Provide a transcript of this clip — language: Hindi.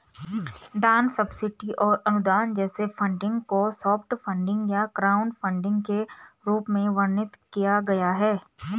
दान सब्सिडी और अनुदान जैसे फंडिंग को सॉफ्ट फंडिंग या क्राउडफंडिंग के रूप में वर्णित किया गया है